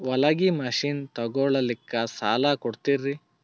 ಹೊಲಗಿ ಮಷಿನ್ ತೊಗೊಲಿಕ್ಕ ಸಾಲಾ ಕೊಡ್ತಿರಿ?